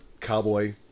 cowboy